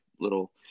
little